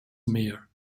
mayor